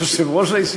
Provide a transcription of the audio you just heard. הוא לא אמור להיות,